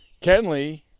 Kenley